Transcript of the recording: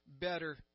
better